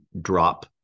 drop